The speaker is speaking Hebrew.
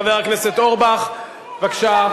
חבר הכנסת אורבך, בבקשה.